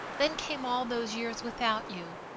then came all those years without you,